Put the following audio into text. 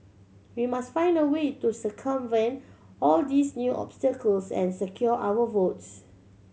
we must find a way to circumvent all these new obstacles and secure our votes